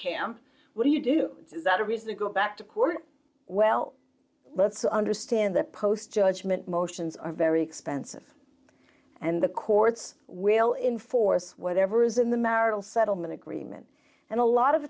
camp would you do that a reason to go back to court well let's understand the post judgement motions are very expensive and the courts will inforce whatever is in the marital settlement agreement and a lot of